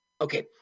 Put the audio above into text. Okay